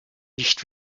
nicht